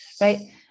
Right